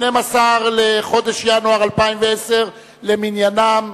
12 בינואר 2010 למניינם,